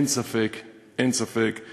אין ספק שבשבילם,